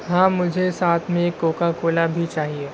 ہاں مجھے ساتھ میں ایک کوکاکولا بھی چاہیے